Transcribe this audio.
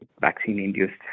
vaccine-induced